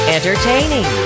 Entertaining